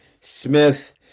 Smith